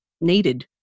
needed